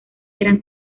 eran